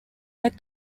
that